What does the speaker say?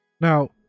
now